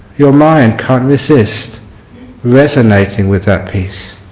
your mind can't resist resonating with that peace